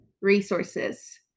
Resources